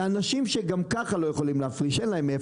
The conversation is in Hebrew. אלה אנשים שממילא לא יכולים להפריש כי אין להם,